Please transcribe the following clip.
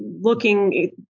looking